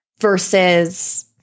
versus